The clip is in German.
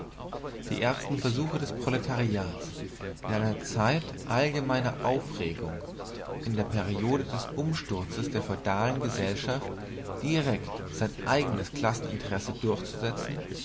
die ersten versuche des proletariats in einer zeit allgemeiner aufregung in der periode des umsturzes der feudalen gesellschaft direkt sein eigenes klasseninteresse durchzusetzen